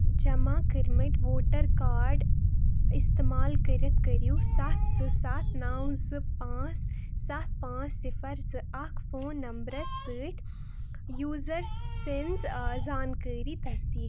جمع کٔرمٕتۍ voter card استعمال کٔرتھ کٔرو سَتھ زٕ سَتھ نو زٕ پانٛژھ سَتھ صِفر زٕ اکھ فون نمرٕ سۭتۍ یوزر سٕنٛز زانٛکٲری تصدیٖق